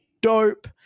dope